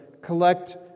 Collect